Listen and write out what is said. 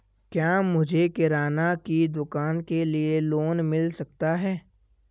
क्या मुझे किराना की दुकान के लिए लोंन मिल सकता है?